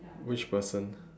which person